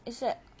it's li~